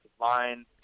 line